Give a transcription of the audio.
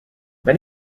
when